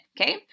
okay